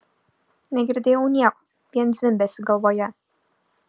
negirdėjau nieko vien zvimbesį galvoje